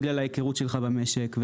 בגלל ההיכרות שלך עם המשק.